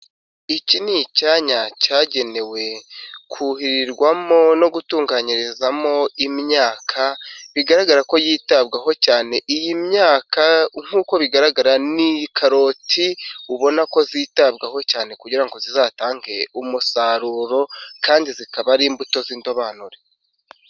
Iki ni icyanya cyagenewe kuhirirwamo no gutunganyirizamo imyaka. Bigaragara ko yitabwaho cyane. Iyi myaka nk'uko bigaragara ni karoti ubona ko zitabwaho cyane kugira ngo zizatange umusaruro kandi zikaba ari imbuto z'indobanure.